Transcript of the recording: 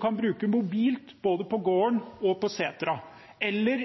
kan bruke mobilt både på garden og på setra, eller